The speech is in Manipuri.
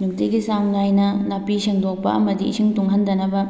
ꯅꯨꯡꯇꯤꯒꯤ ꯆꯥꯡ ꯅꯥꯏꯅ ꯅꯥꯄꯤ ꯁꯦꯡꯗꯣꯛꯄ ꯑꯃꯗꯤ ꯏꯁꯤꯡ ꯇꯨꯡꯍꯟꯗꯅꯕ